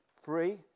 free